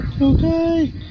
Okay